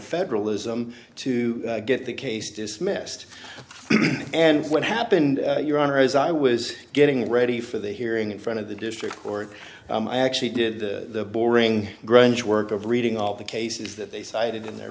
federalism to get the case dismissed and what happened your honor as i was getting ready for the hearing in front of the district court i actually did the boring grunge work of reading all the cases that they cited in their